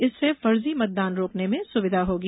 इससे फर्जी मतदान रोकने में सुविधा होगी